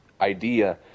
idea